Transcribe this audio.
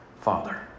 Father